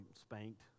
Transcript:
spanked